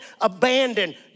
abandoned